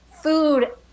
food